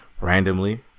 randomly